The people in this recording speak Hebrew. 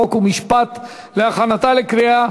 חוק ומשפט נתקבלה.